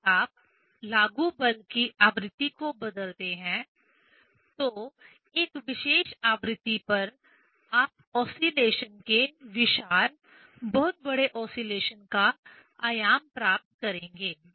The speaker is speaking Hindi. यदि आप लागू बल की आवृत्ति को बदलते हैं तो एक विशेष आवृत्ति पर आप ओसीलेशन के विशाल बहुत बड़े ओसीलेशन का आयाम प्राप्त करेंगे